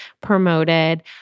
promoted